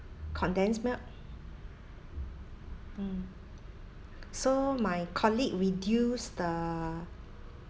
condensed milk um so my colleague reduced the